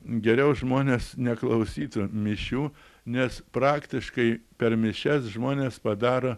geriau žmonės neklausytų mišių nes praktiškai per mišias žmonės padaro